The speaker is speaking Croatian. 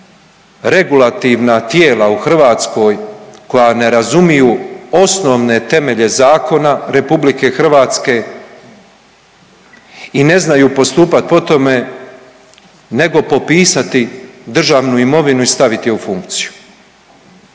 regulativna tijela u Hrvatskoj koja ne razumiju osnovne temelje zakona RH i ne znaju postupati po tome nego popisati državnu imovinu i stavit je u funkciju.